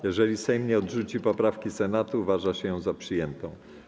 Jeżeli Sejm nie odrzuci poprawki Senatu, uważa się ją za przyjętą.